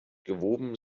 gewoben